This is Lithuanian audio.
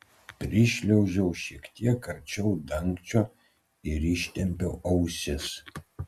prišliaužiau šiek tiek arčiau dangčio ir ištempiau ausis